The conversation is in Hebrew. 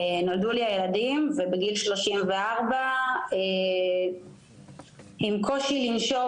נולדו לי הילדים ובגיל 34 עם קושי לנשום,